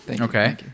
okay